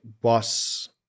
boss